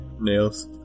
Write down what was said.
nails